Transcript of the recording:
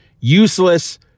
useless